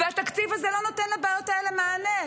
והתקציב הזה לא נותן לבעיות האלה מענה.